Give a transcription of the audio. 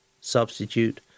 Substitute